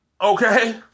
Okay